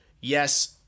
yes